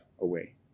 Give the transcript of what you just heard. away